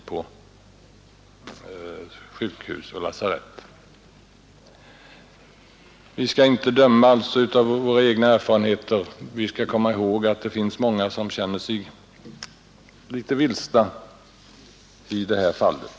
Vi skall alltså inte döma efter våra egna erfarenheter. Vi måste komma ihåg att många patienter känner sig vilsna.